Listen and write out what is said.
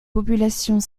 populations